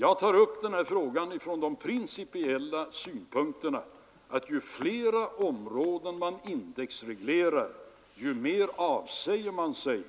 Jag tar upp den frågan från de principiella synpunkterna att ju fler områden man indexreglerar, desto mer avsäger man sig